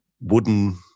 wooden